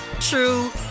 true